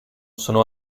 sono